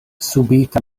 subite